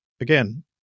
again